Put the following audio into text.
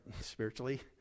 spiritually